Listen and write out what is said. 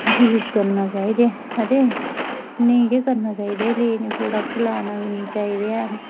use करने चाहिदे अते नेईं गै करने चाहिदे नेह् नेह् प्रोडकट लेनै बी नेई चाहिदे